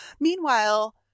Meanwhile